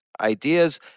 ideas